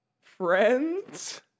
Friends